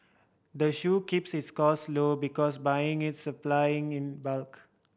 the keeps its cost low because buying its supplying in bulk